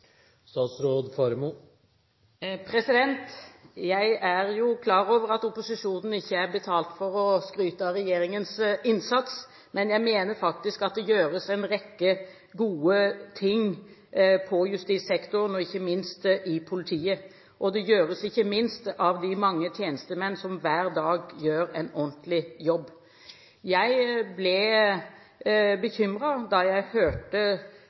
Jeg er klar over at opposisjonen ikke er betalt for å skryte av regjeringens innsats, men jeg mener faktisk at det gjøres en rekke gode ting i justissektoren og i politiet, og ikke minst av de mange tjenestemenn som hver dag gjør en ordentlig jobb. Jeg ble bekymret da jeg hørte